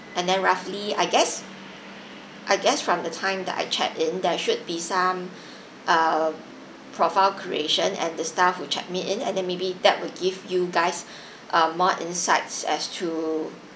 and then roughly I guess I guess from the time that I checked in there should be some err profile creation at the staff who checked me in and then maybe that will give you guys um more insights as to